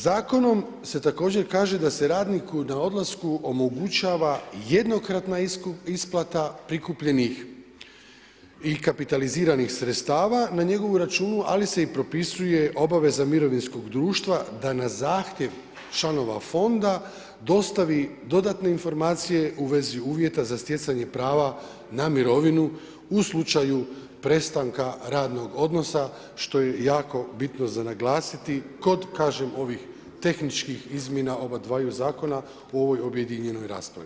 Zakonom se također kaže da se radniku na odlasku omogućava jednokratna isplata prikupljenih i kapitaliziranih sredstava na njegovom računu, ali se i propisuje obaveza mirovinskog društva da na zahtjev članova fonda dostavi dodatne informacije u vezi uvjeta za stjecanje prava na mirovinu u slučaju prestanka radnog odnosa, što je jako bitno za naglasiti, kod kažem, ovih tehničkih izmjena obadvaju zakona u ovom objedinjenoj raspravi.